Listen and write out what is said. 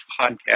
podcast